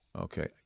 Okay